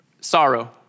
sorrow